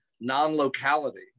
non-locality